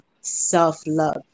self-love